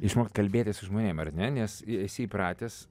išmokt kalbėtis su žmonėm ar ne nes esi įpratęs